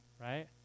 right